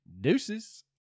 deuces